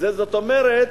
זאת אומרת: